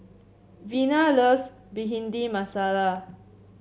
Vena loves Bhindi Masala